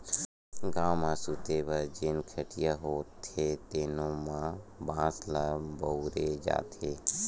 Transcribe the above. गाँव म सूते बर जेन खटिया होथे तेनो म बांस ल बउरे जाथे